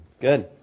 Good